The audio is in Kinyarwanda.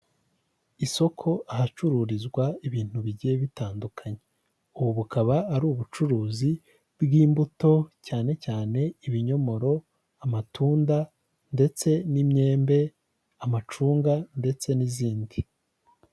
Isoko ahacururizwa ibintu bigiye bitandukanye, ubu bukaba ari ubucuruzi bw'imbuto cyane cyane ibinyomoro, amatunda ndetse n'imyembe, amacunga ndetse n'izindi.